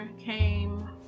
came